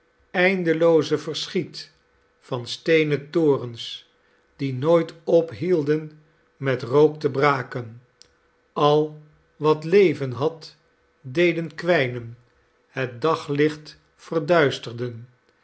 eindelooze verschiet van steenen torens die nooit ophielden met rook te braken al wat leven had deden kwijnen het daglicht verduisterden en